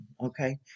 okay